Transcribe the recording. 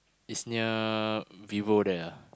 it's near Vivo there ah